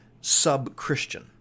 sub-Christian